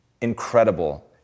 incredible